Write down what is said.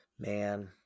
Man